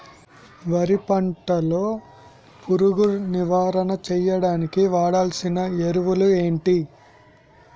వరి పంట లో పురుగు నివారణ చేయడానికి వాడాల్సిన ఎరువులు ఏంటి?